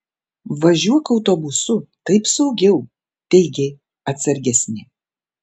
važiuok autobusu taip saugiau teigė atsargesni